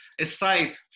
aside